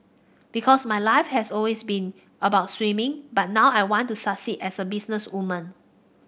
because my life has always been about swimming but now I want to succeed as a businesswoman